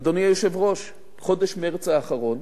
אדוני היושב-ראש, חודש מרס האחרון